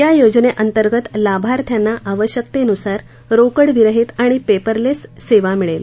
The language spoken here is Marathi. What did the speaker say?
या योजनेअंतर्गत लाभार्थ्यांना आवश्यकतेनुसार रोकडविरहीत आणि पेपरलेस सेवा मिळेल